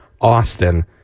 Austin